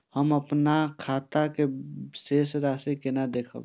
हम अपन खाता के शेष राशि केना देखब?